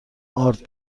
آرد